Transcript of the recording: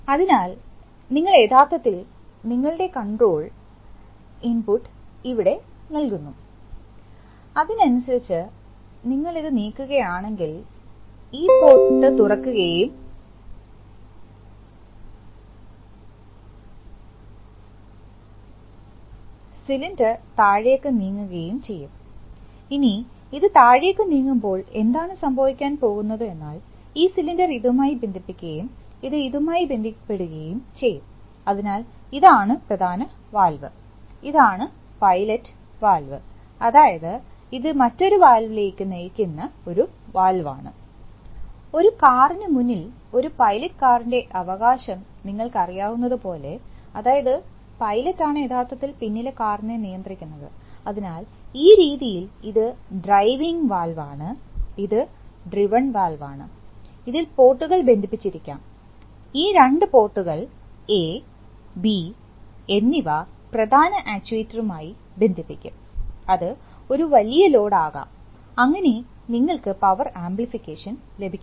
അതിനാൽ നിങ്ങൾ യഥാർത്ഥത്തിൽ നിങ്ങളുടെ കൺട്രോൾ ഇൻപുട്ട് ഇവിടെ നൽകുന്നു അതിനനുസരിച്ച് നിങ്ങൾ ഇത് നീക്കുകയാണെങ്കിൽ ഈ പോർട്ട് തുറക്കുകയും സിലിണ്ടർ താഴേക്ക് നീങ്ങുകയും ചെയ്യും ഇനി ഇത് താഴേക്ക് നീങ്ങുമ്പോൾ എന്താണ് സംഭവിക്കാൻ പോകുന്നത് എന്നാൽ ഈ സിലിണ്ടർ ഇതുമായി ബന്ധിപ്പിക്കുകയും ഇത് ഇതുമായി ബന്ധിക്കപ്പെടുകയും ചെയ്യും അതിനാൽ ഇതാണ് പ്രധാന വാൽവ് ഇതാണ് പൈലറ്റ് വാൽവ് അതായത് ഇത് മറ്റൊരു വാൽവിലേക്ക് നയിക്കുന്ന ഒരു വാൽവാണ് ഒരു കാറിന് മുന്നിൽ ഒരു പൈലറ്റ്കാറിൻറെ അവകാശം നിങ്ങൾക്കറിയാവുന്നതുപോലെ അതായത് പൈലറ്റ് ആണ് യഥാർത്ഥത്തിൽ പിന്നില് കാറിനെ നിയന്ത്രിക്കുന്നത് അതിനാൽ ഈ രീതിയിൽ ഇത് ഡ്രൈവിംഗ് വാൽവാണ് ഇത് ഡ്രീവൺ വാൽവാണ് ഇതിൽ പോർട്ടുകൾ ബന്ധിപ്പിച്ചിരിക്കാം ഈ രണ്ട് പോർട്ടുകൾ എ ബി എന്നിവ പ്രധാന ആചുവേറ്റ്ർ ആയി ബന്ധിപ്പിക്കും അത് ഒരു വലിയ ലോഡ് ആകാം അങ്ങനെ നിങ്ങൾക്ക് പവർ ആംപ്ലിഫിക്കേഷൻ ലഭിക്കുന്നു